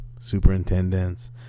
superintendents